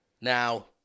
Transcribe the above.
Now